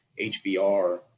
HBR